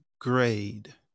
grade